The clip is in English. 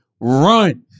run